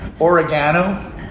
Oregano